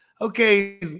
okay